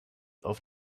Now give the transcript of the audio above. auf